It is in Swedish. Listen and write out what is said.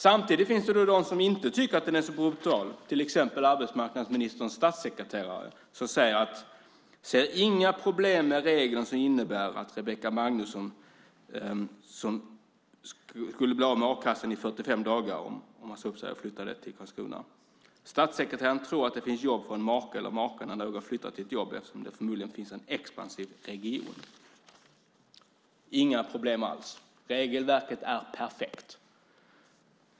Samtidigt finns det andra som inte tycker att politiken är särskilt brutal - till exempel arbetsmarknadsministerns statssekreterare som inte ser några problem med den regel som innebär att Rebecka Magnussons man skulle bli av med a-kassan i 45 dagar om han sade upp sig och flyttade med till Karlskrona. Statssekreteraren tror att det finns jobb för en make eller maka när någon flyttar till ett jobb, eftersom det förmodligen finns i en expansiv region. Inga problem alls! Regelverket är perfekt!